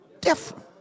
different